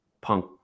Punk